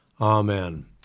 Amen